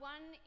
One